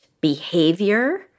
behavior